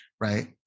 right